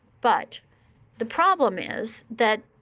but the problem is that,